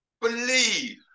believe